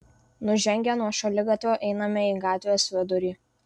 nužengę nuo šaligatvio einame į gatvės vidurį